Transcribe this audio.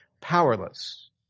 powerless